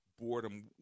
boredom